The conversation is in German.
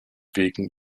wegen